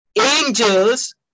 angels